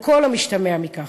על כל המשתמע מכך.